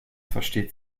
versteht